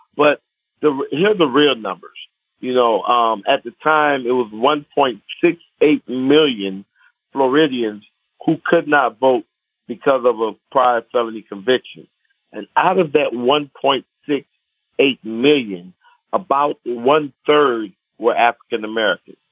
but the you know the real numbers you know um at the time it was one point sixty eight million floridians who could not vote because of a prior felony conviction and out of that one point thirty eight million about one third were african-american.